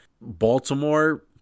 Baltimore